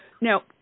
Now